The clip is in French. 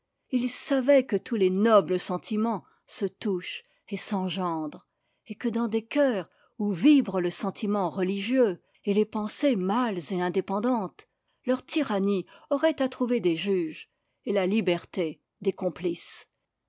ils savaient que tous les nobles sentimens se touchent et s'engendrent et que dans des cœurs où vibrent le sentiment religieux et les pensées mâles et indépendantes leur tyrannie aurait à trouver des juges et la liberté des complices